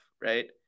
right